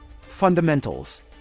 Fundamentals